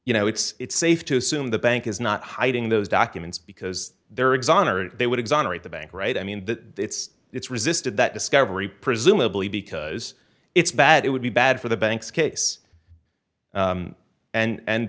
you know it's it's safe to assume the bank is not hiding those documents because they're exonerated they would exonerate the bank right i mean that it's resisted that discovery presumably because it's bad it would be bad for the banks case and